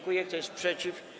Kto jest przeciw?